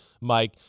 Mike